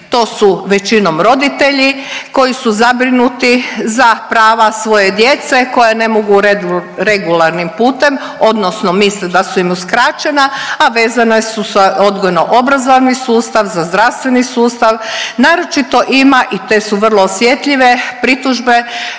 to su većinom roditelji koji su zabrinuti za prava svoje djece koja ne mogu regularnim putem odnosno misle da su im uskraćena, a vezana su za odgojno obrazovni sustav, za zdravstveni sustav. Naročito ima i te su vrlo osjetljive pritužbe